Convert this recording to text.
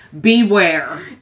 beware